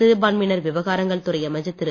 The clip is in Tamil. சிறுபான்மையினர் விவகாரங்கள் துறை அமைச்சர் திரு